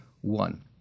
one